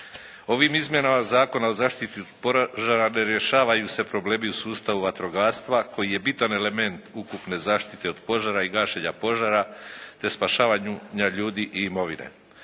Ovim izmjenama Zakona o zaštiti od požara ne rješavaju se problemi u sustavu vatrogastva koji je bitan element ukupne zaštite od požara i gašenja požara, te spašavanju ljudi i imovine.